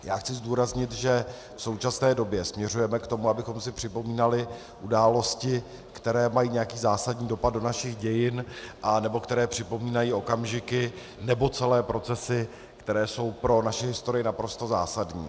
Já chci zdůraznit, že v současné době směřujeme k tomu, abychom si připomínali události, které mají nějaký zásadní dopad do našich dějin anebo které připomínají okamžiky nebo celé procesy, které jsou pro naši historii naprosto zásadní.